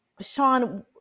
Sean